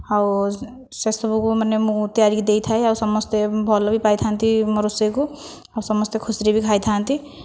ଆଉ ସେସବୁକୁ ମାନେ ମୁଁ ତିଆରିକି ଦେଇଥାଏ ଆଉ ସମସ୍ତେ ଭଲ ବି ପାଇଥାନ୍ତି ମୋ' ରୋଷେଇକୁ ଆଉ ସମସ୍ତେ ଖୁସିରେ ବି ଖାଇଥାନ୍ତି